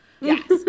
yes